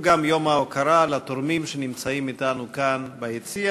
שהוא גם יום ההוקרה לתורמים שנמצאים אתנו כאן ביציע,